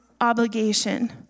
obligation